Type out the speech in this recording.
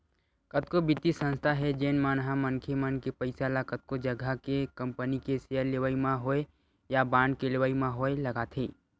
कतको बित्तीय संस्था हे जेन मन ह मनखे मन के पइसा ल कतको जघा के कंपनी के सेयर लेवई म होय या बांड के लेवई म होय लगाथे